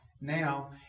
now